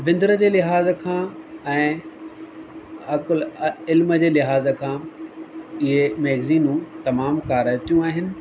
विंद्र जे लिहाज़ खां ऐं अकुल इल्म जे लिहाज़ खां इहे मैगज़ीनूं तमाम कराइतियूं आहिनि